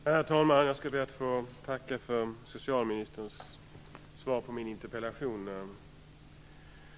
Herr talman! Jag skall be att få tacka för socialministerns svar på min interpellation.